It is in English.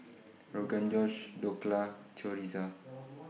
Rogan Josh Dhokla Chorizo